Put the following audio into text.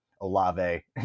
Olave